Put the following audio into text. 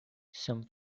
some